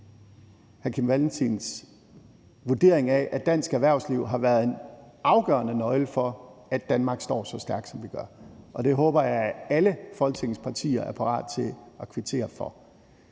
hr. Kim Valentins vurdering af, at dansk erhvervsliv har været en afgørende nøgle for, at Danmark står så stærkt, som vi gør, og det håber jeg alle Folketingets partier er parat til at kvittere for.